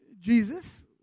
Jesus